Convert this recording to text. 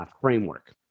framework